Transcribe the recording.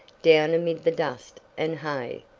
down amid the dust and hay.